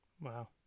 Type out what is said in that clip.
Wow